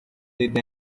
did